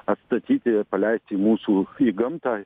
atstatyti paleisti į mūsų į gamtą